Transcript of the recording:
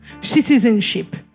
citizenship